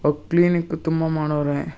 ಇವಾಗ ಕ್ಲೀನಿಕ್ ತುಂಬ ಮಾಡವ್ರೆ